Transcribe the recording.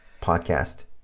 podcast